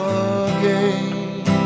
again